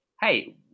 hey